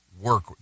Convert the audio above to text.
work